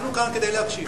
אנחנו כאן כדי להקשיב.